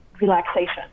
relaxation